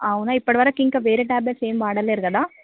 అవునా ఇప్పటివరకు ఇంకా వేరే ట్యాబ్లెట్ ఏం వాడలేరు కదా